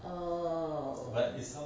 oh